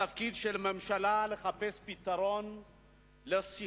תפקידה של הממשלה הוא לחפש פתרון לסכסוך